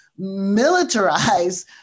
militarize